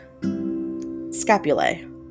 Scapulae